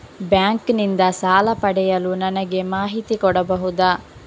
Bank ನಿಂದ ಸಾಲ ಪಡೆಯಲು ನನಗೆ ಮಾಹಿತಿ ಕೊಡಬಹುದ?